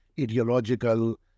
ideological